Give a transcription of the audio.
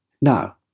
Now